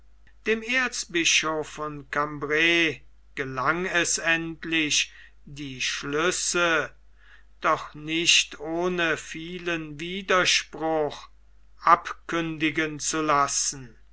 dem erzbischof von cambray gelang es endlich die schlüsse doch nicht ohne vielen widerspruch abkündigen zu lassen